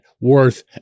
worth